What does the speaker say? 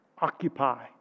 occupy